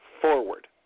forward